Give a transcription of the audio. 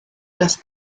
das